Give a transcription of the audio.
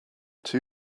two